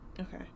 Okay